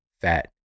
fat